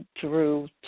drew